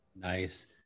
Nice